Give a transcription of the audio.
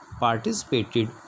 participated